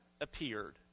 appeared